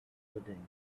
pudding